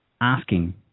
Asking